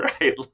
right